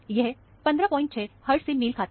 यह 156 हर्टज से मेल खाता है